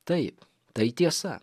taip tai tiesa